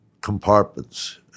compartments